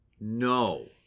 No